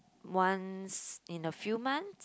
once in a few months